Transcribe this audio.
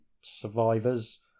survivors